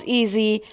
easy